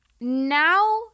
now